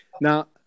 now